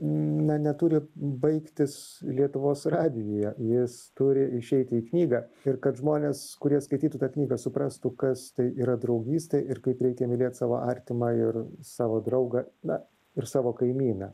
na neturi baigtis lietuvos radijuje jis turi išeiti į knygą ir kad žmonės kurie skaitytų tą knygą suprastų kas tai yra draugystė ir kaip reikia mylėt savo artimą ir savo draugą na ir savo kaimyną